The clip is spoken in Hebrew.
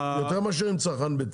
תשים לב שבסוף,